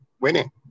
winning